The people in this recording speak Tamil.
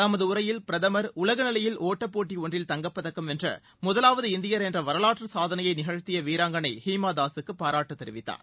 தமது உரையில் பிரதமர் உலக நிலையில் ஒட்டப்போட்டி ஒன்றில் தங்கப்பதக்கம் வென்ற முதலாவது இந்தியர் என்ற வரலாற்று சாதனையை நிஷ்த்திய வீராங்கனை ஹீமா தாஸுக்கு பாராட்டு தெரிவித்தார்